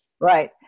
right